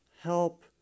help